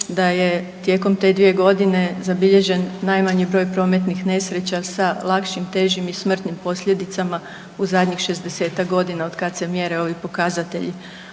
da je tijekom te 2.g. zabilježen najmanji broj prometnih nesreća sa lakšim, težim i smrtnim posljedicama u zadnjih 60-tak godina otkad se mjere ovi pokazatelji.